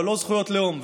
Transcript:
אבל לא זכויות לאום,